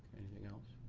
anything else?